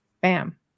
bam